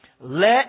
Let